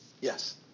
Yes